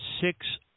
six